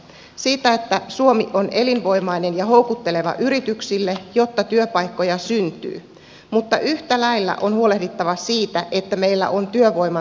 siitä että suomi on elinvoimainen ja houkutteleva yrityksille jotta työpaikkoja syntyy mutta yhtä lailla on huolehdittava siitä että meillä on työvoiman tarjontaa